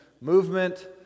movement